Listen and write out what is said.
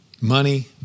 Money